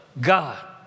God